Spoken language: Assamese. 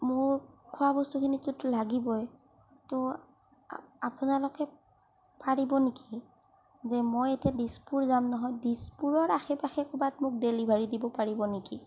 মোৰ খোৱা বস্তুখিনি যিহেতু লাগিবই আপোনালোকে পাৰিব নেকি যে মই এতিয়া দিছপুৰ যাম নহয় দিছপুৰৰ আশে পাশে মোক ক'ৰবাত ডেলিভাৰ দিব পাৰিব নেকি